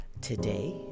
today